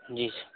जी